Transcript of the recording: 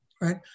right